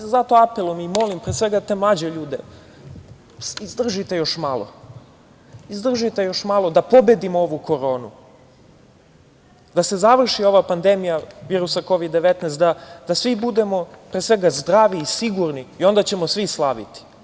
Zato apelujem i molim, pre svega te mlađe ljude, izdržite još malo, da pobedimo ovu koronu, da se završi ova pandemija virusa Kovid 19, da svi budemo, pre svega zdravi i sigurni i onda ćemo svi slaviti.